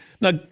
Now